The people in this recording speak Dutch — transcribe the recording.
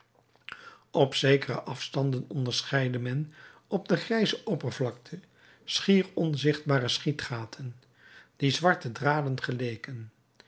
op zekere afstanden onderscheidde men op de grijze oppervlakte schier onzichtbare schietgaten die zwarte draden geleken